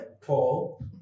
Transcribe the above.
Paul